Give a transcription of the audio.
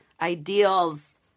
ideals